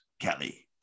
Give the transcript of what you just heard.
Kelly